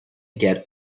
get